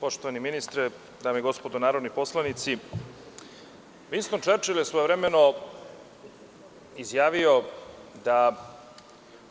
Poštovani ministre, dame i gospodo narodni poslanici, Vinston Čerčil je svojevremeno izjavio da